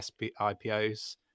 IPOs